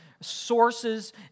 sources